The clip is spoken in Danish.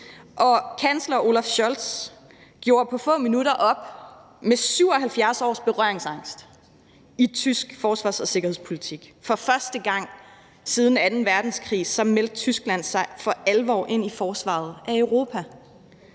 kansler Olaf Scholz gjorde på få minutter op med 77 års berøringsangst i tysk forsvars- og sikkerhedspolitik. For første gang siden anden verdenskrig meldte Tyskland sig for alvor ind i forsvaret af Europa,